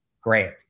Great